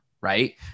right